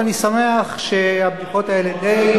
ואני שמח שהבדיחות האלה די,